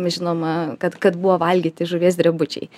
žinoma kad kad buvo valgyti žuvies drebučiai